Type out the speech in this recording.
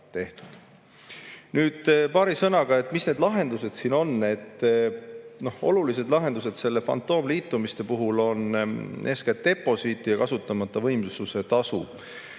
Nüüd paari sõnaga sellest, mis need lahendused on. Olulised lahendused nende fantoomliitumiste puhul on eeskätt deposiit ja kasutamata võimsuse tasu.